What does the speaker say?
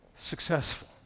successful